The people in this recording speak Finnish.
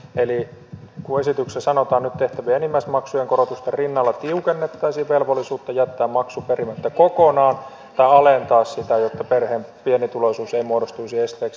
eli kuten esityksessä sanotaan nyt tehtävien enimmäismaksujen korotusten rinnalla tiukennettaisiin velvollisuutta jättää maksu perimättä kokonaan tai alentaa sitä jotta perheen pienituloisuus ei muodostuisi esteeksi